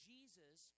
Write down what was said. Jesus